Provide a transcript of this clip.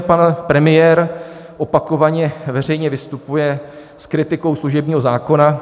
Pan premiér opakovaně veřejně vystupuje s kritikou služebního zákona.